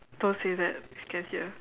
don't say that she can hear